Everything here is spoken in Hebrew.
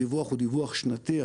הדיווח הוא דיווח שנתי,